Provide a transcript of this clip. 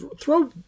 throw